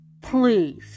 Please